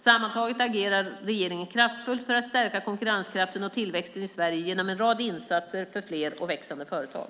Sammantaget agerar regeringen kraftfullt för att stärka konkurrenskraften och tillväxten i Sverige genom en rad insatser för fler och växande företag.